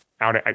out